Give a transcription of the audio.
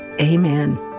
Amen